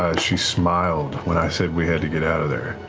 ah she smiled when i said we had to get out of there.